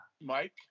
Mike